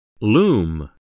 Loom